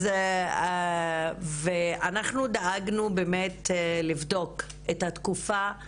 אז אנחנו דאגנו באמת לבדוק את התקופה.